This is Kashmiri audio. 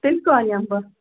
تیٚلہِ کَر یِمہٕ بہٕ